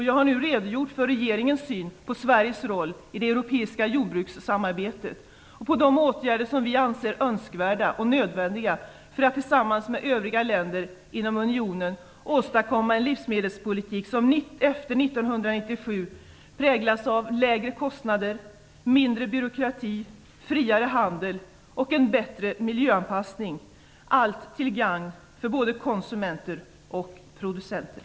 Jag har nu redogjort för regeringens syn på Sveriges roll i det europeiska jordbrukssamarbetet och på de åtgärder som vi anser nödvändiga och önskvärda för att tillsammans med övriga länder inom Unionen åstadkomma en livsmedelspolitik som efter 1997 präglas av lägre kostnader, mindre byråkrati, friare handel och en bättre miljöanpassning - allt till gagn för både konsumenter och producenter.